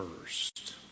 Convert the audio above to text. first